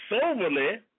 soberly